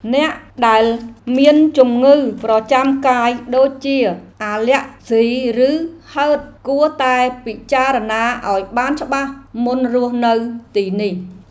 អ្នកដែលមានជំងឺប្រចាំកាយដូចជាអាលែកហ្ស៊ី ឬហឺតគួរតែពិចារណាឱ្យបានច្បាស់មុនរស់នៅទីនេះ។